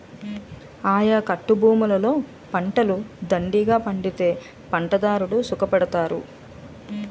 ఆయకట్టభూములలో పంటలు దండిగా పండితే పంటదారుడు సుఖపడతారు